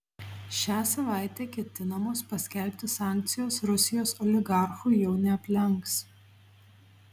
šią savaitę ketinamos paskelbti sankcijos rusijos oligarchų jau neaplenks